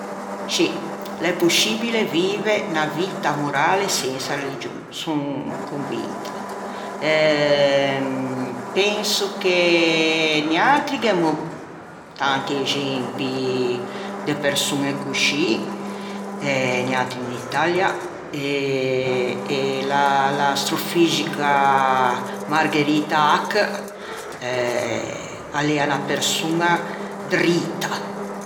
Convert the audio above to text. Scì l'é poscibile vive unna vitta morale sensa religion, e penso che noiatri gh'emmo tanti exempi de persoñe coscì noiatri in Italia e l'astrofixica Margherita Hack a l'ea unna persoña drita